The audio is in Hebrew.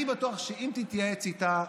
ואני בטוח שאם תתייעץ איתה,